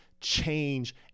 change